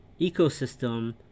ecosystem